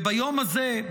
וביום הזה,